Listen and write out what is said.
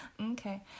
Okay